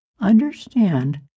Understand